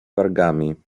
wargami